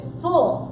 full